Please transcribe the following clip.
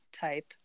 type